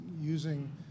using